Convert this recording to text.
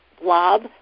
blob